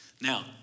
Now